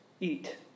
eat